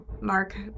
Mark